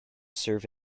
serve